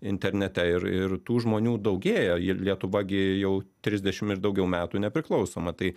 internete ir ir tų žmonių daugėja ir lietuva gi jau trisdešim ir daugiau metų nepriklausoma tai